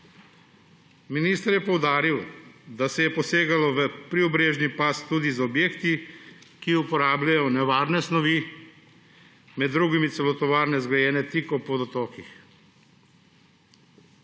Minister je poudaril, da se je posegalo v priobrežni pas tudi z objekti, ki uporabljajo nevarne snovi, med drugimi celo tovarne, zgrajene tik ob vodotokih.